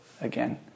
Again